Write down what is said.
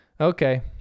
Okay